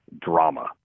drama